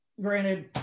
Granted